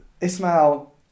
Ismail